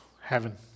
heaven